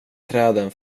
träden